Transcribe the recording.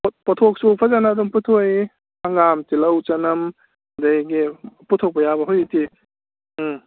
ꯄꯣꯠꯊꯣꯛꯁꯨ ꯐꯖꯕ ꯑꯗꯨꯝ ꯄꯨꯊꯣꯛꯏ ꯍꯪꯒꯥꯝ ꯇꯤꯜꯍꯧ ꯆꯅꯝ ꯑꯗꯒꯤ ꯄꯨꯊꯣꯛꯄ ꯌꯥꯕ ꯍꯧꯖꯤꯛꯇꯤ ꯎꯝ